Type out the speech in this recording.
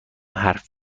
حرف